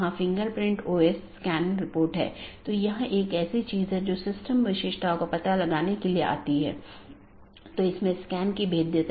इसका मतलब है यह चीजों को इस तरह से संशोधित करता है जो कि इसके नीतियों के दायरे में है